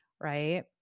right